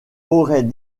aurait